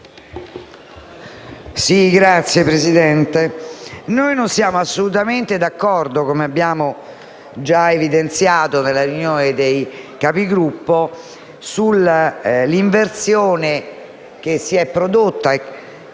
Signor Presidente, noi non siamo assolutamente d'accordo, come abbiamo già evidenziato nella riunione dei Capigruppo, sull'inversione che si è prodotta, ed è stata